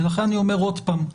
ולכן אני אומר עוד פעם,